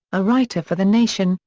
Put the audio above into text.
a writer for the nation,